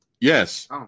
Yes